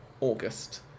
August